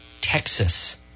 Texas